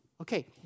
Okay